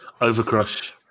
Overcrush